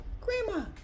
Grandma